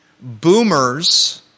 Boomers